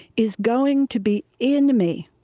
is going to be in me